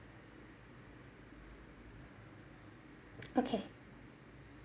okay